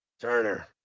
Turner